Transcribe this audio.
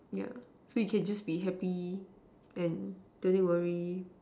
yeah so you can just be happy and don't need to worry